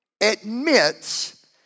admits